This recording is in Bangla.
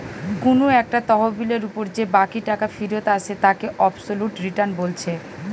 কুনু একটা তহবিলের উপর যে বাকি টাকা ফিরত আসে তাকে অবসোলুট রিটার্ন বলছে